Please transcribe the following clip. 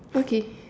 okay